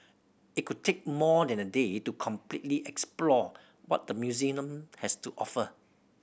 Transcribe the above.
it could take more than a day to completely explore what the has to offer